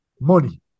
Money